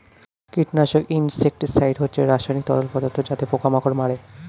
কীটনাশক ইনসেক্টিসাইড হচ্ছে রাসায়নিক তরল পদার্থ যাতে পোকা মাকড় মারে